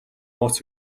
нууц